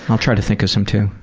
i'll try to think of some, too.